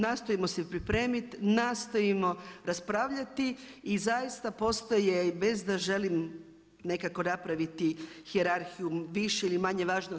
Nastojimo se pripremiti, nastojimo raspravljati i zaista postoje bez da želim nekako napraviti hijerarhiju više ili manje važno.